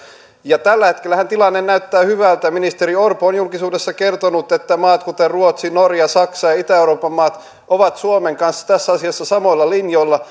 tällä hetkellähän tilanne näyttää hyvältä ministeri orpo on julkisuudessa kertonut että maat kuten ruotsi norja saksa ja itä euroopan maat ovat suomen kanssa tässä asiassa samoilla linjoilla